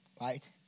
right